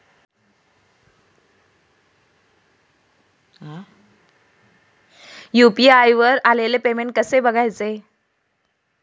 UPI वर आलेले payment कसे बघायचे?